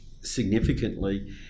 significantly